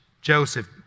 Joseph